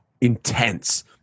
intense